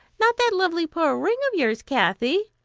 not that lovely pearl ring of yours, kathy?